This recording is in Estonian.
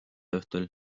õhtul